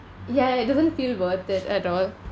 ya it doesn't feel worth it at all